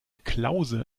klause